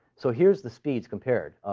so here's the speeds compared.